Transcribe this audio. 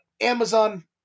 Amazon